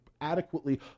adequately